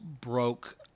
broke